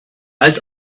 als